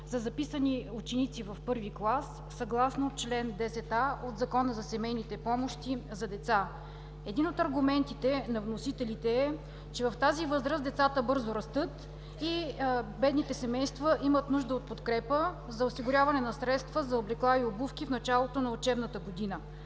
за записани ученици в първи клас съгласно чл. 10а от Закона за семейните помощи за деца. Един от аргументите на вносителите е, че в тази възраст децата бързо растат и бедните семейства имат нужда от подкрепа за осигуряване на средства за облекла и обувки в началото на учебната година.